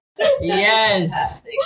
Yes